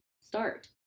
start